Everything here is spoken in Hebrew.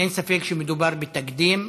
אין ספק שמדובר בתקדים,